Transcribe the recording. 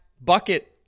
bucket